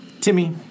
Timmy